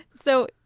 So-